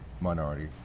minority